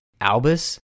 Albus